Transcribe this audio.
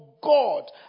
God